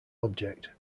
object